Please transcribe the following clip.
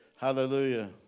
Hallelujah